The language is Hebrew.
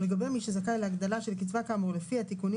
ולגבי מי שזכאי להגדלה של קצבה כאמור לפי התיקונים